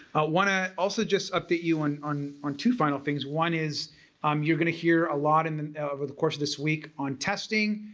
want to also just update you on on two final things. one is um you're going hear a lot and and over the course this week on testing.